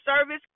service